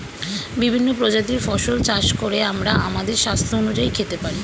বিভিন্ন প্রজাতির ফসল চাষ করে আমরা আমাদের স্বাস্থ্য অনুযায়ী খেতে পারি